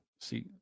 See